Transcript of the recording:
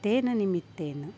तेन निमित्तेन